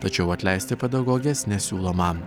tačiau atleisti pedagogės nesiūloma